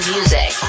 Music